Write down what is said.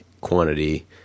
quantity